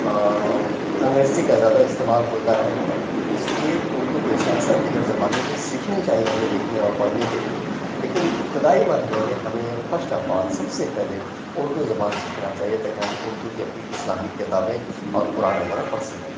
انگریزی کا زیادہ استعمال ہوتا ہے تو اِس لیے اُردو کے ساتھ ساتھ دیگر زبانیں بھی سیکھنی چاہیے ہمیں لکھنے اور پڑھنے کے لیے لیکن ابتدائی مرحلے میں ہمیں فسٹ آف آل سب سے پہلے اُردو زبان سیکھنا چاہیے تاکہ ہم اُردو کی اپنی اسلامک کتابیں اور قرآن وغیرہ پڑھ سکیں